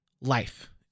life